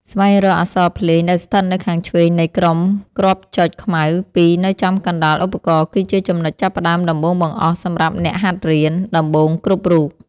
ស្វែងរកអក្សរភ្លេងដែលស្ថិតនៅខាងឆ្វេងនៃក្រុមគ្រាប់ចុចខ្មៅពីរនៅចំកណ្តាលឧបករណ៍គឺជាចំណុចចាប់ផ្តើមដំបូងបង្អស់សម្រាប់អ្នកហាត់រៀនដំបូងគ្រប់រូប។